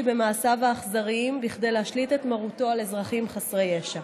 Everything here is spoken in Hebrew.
במעשיו האכזריים בכדי להשליט את מרותו על אזרחים חסרי ישע.